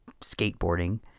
skateboarding